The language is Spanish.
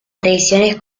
tradiciones